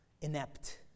inept